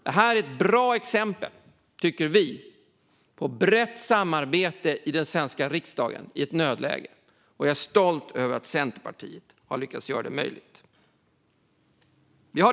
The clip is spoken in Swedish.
Det här är ett bra exempel på brett samarbete i den svenska riksdagen i ett nödläge, och jag är stolt över att Centerpartiet har lyckats göra det möjligt.